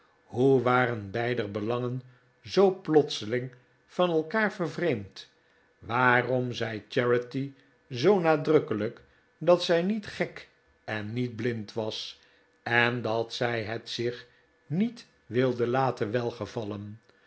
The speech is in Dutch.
hoe waren beider belangen zoo plotseling van elkaar vervreemd waarom zei charity zoo nadrukkelijk dat zij niet gek en niet blind was en dat zij het zich niet wilde laten welgevallen